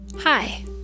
Hi